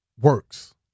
works